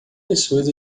pessoas